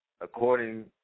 According